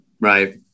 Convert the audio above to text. Right